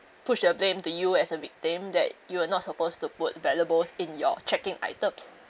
pushed the blame to you as a victim that you were not supposed to put valuables in your check in items